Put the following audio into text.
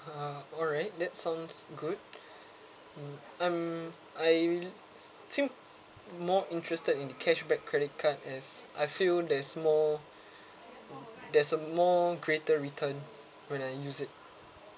uh alright that sounds good mm um I~ seem more interested in cashback credit card as I feel there's more there is a more greater return when I use it